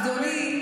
אדוני,